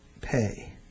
pay